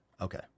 Okay